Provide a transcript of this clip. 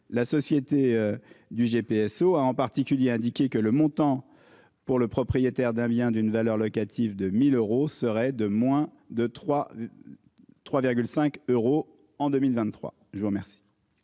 La société du GPSO a en particulier indiqué que le montant pour le propriétaire d'bien d'une valeur locative de 1000 euros serait de moins de trois. 3 cinq euros en 2023. Je vous remercie.